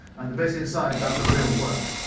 and the bit inside does the real work.